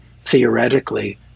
theoretically